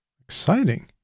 Exciting